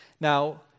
Now